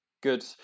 Good